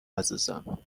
عزیزم